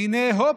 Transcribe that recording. והינה, אופס,